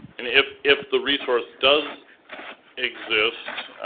and if if the resource does exist.